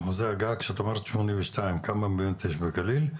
כשאת אומרת 82%, כמה באמת יש בגליל?